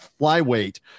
flyweight